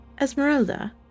Esmeralda